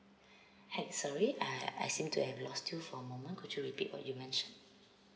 hi sorry I I seem to have lost you for a moment could you repeat what you mentioned